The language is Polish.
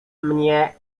mnie